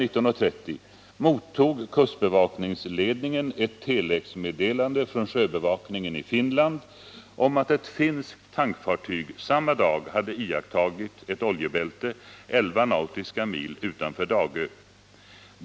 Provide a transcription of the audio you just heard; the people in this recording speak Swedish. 19.30 mottog kustbevakningsledningen ett telexmeddelande från sjöbevakningen i Finland om att ett finskt tankfartyg samma dag hade iakttagit ett oljebälte elva nautiska mil utanför Dagö.